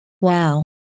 Wow